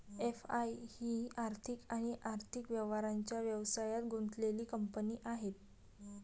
FI ही आर्थिक आणि आर्थिक व्यवहारांच्या व्यवसायात गुंतलेली कंपनी आहे